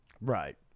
Right